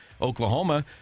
oklahoma